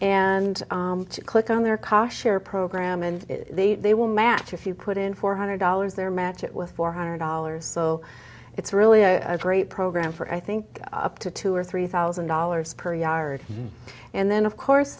and click on their car share program and they will match if you put in four hundred dollars there match it were four hundred dollars so it's really i'd rate program for i think up to two or three thousand dollars per yard and then of course